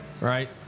right